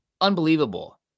unbelievable